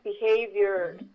behavior